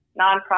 nonprofit